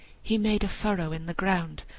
he made a furrow in the ground,